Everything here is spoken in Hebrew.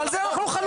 כאן אנחנו חלוקים.